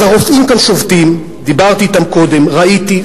אז הרופאים כאן שובתים, דיברתי אתם קודם, ראיתי.